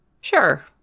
Sure